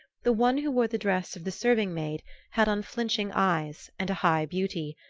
the one who wore the dress of the serving-maid had unflinching eyes and a high beauty,